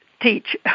teach